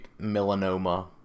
melanoma